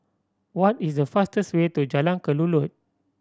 what is the fastest way to Jalan Kelulut